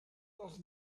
all